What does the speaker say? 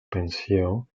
pensió